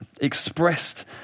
Expressed